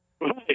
Right